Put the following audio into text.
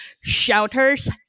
shelters